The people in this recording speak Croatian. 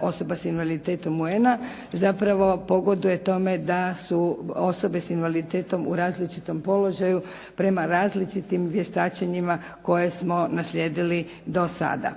osoba s invaliditetom UN-a zapravo pogoduje tome da su osobe s invaliditetom u različitom položaju prema različitim vještačenjima koje smo naslijedili do sada.